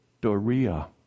Doria